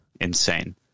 insane